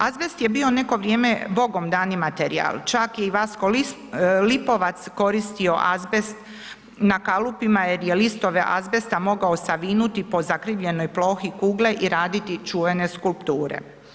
Azbest je bio neko vrijeme bogomdani materijal, čak je i Vasko Lipovac koristio azbest na kalupima jer je listove azbesta mogao savinuti po zakrivljenoj plohi kugle i raditi čuvene skulpture.